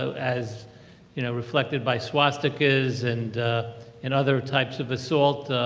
so as you know reflected by swastikas and and other types of assault.